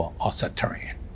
authoritarian